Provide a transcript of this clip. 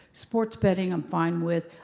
sports betting i'm fine with.